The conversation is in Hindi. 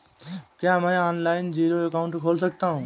क्या मैं ऑनलाइन जीरो अकाउंट खोल सकता हूँ?